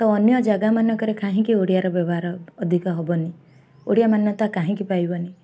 ତ ଅନ୍ୟ ଜାଗାମାନଙ୍କରେ କାହିଁକି ଓଡ଼ିଆର ବ୍ୟବହାର ଅଧିକ ହବନି ଓଡ଼ିଆ ମାନ୍ୟତା କାହିଁକି ପାଇବନି